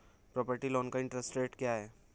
Property loan का interest rate क्या है?